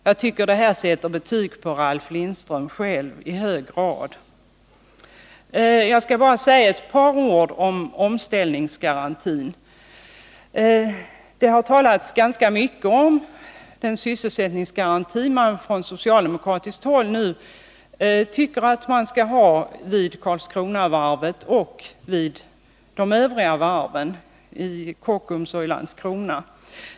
Jag tycker att detta sätter betyg på Ralf Lindström själv i hög grad. Jag skall bara säga ett par ord om omställningsbidrag. Det har talats ganska mycket om den sysselsättningsgaranti man på socialdemokratiskt håll nu tycker att man skall ha vid Karlskronavarvet och de övriga varven, vid Kockums och i Landskrona.